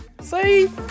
see